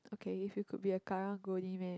okay if you could be a karang guni man